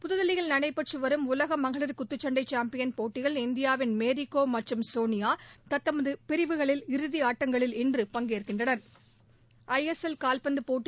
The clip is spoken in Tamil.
புதுதில்லியில் நடைபெற்று வரும் உலக மகளிர் குத்துச்சண்டை சாம்பியன் போட்டியில் இந்தியாவின் மேரிகோம் மற்றும் சோனியா தத்தம் பிரிவு இறுதி ஆட்டங்களில் இன்று பங்கேற்கின்றனா்